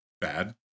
bad